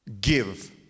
give